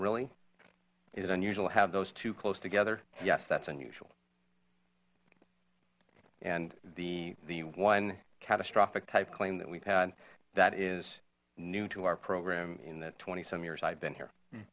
really is it unusual to have those two close together yes that's unusual and the the one catastrophic type claim that we've had that is new to our program in the twenty some years i've been